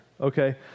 okay